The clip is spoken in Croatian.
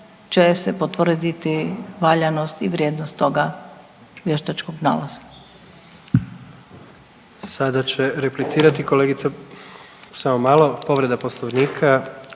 će se potvrditi valjanost i vrijednost toga vještačkog nalaza. **Jandroković, Gordan (HDZ)** Sada će replicirati kolegica, samo malo povreda Poslovnika